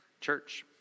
Church